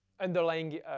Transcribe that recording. underlying